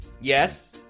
Yes